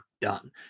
done